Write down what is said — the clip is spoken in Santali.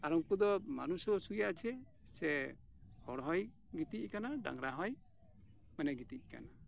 ᱟᱨ ᱩᱱᱠᱩ ᱫᱚ ᱢᱟᱱᱩᱥᱳᱣ ᱥᱩᱭᱮ ᱟᱪᱷᱮ ᱥᱮ ᱦᱚᱲ ᱦᱚᱸᱭ ᱜᱤᱛᱤᱡ ᱟᱠᱟᱱᱟ ᱟᱨ ᱰᱟᱝᱨᱟ ᱦᱚᱸ ᱢᱟᱱᱮᱭ ᱜᱤᱛᱤᱡ ᱟᱠᱟᱱᱟ